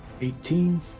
Eighteen